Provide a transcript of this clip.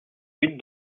but